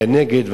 והיה נגד,